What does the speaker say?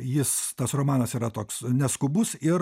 jis tas romanas yra toks neskubus ir